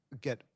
get